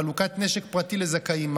חלוקת נשק פרטי לזכאים,